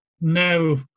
no